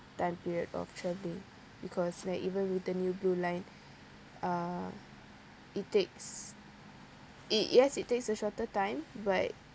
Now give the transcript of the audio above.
time period of travelling because like even with the new blue line uh it takes it yes it takes a shorter time but